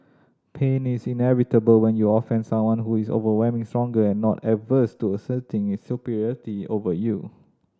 pain is inevitable when you offend someone who is overwhelmingly stronger and not averse to asserting its superiority over you